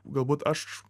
galbūt aš